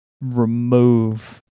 remove